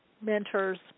mentors